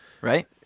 Right